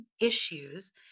issues